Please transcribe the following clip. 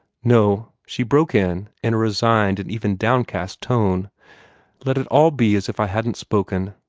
no, she broke in, in a resigned and even downcast tone let it all be as if i hadn't spoken.